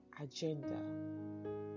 agenda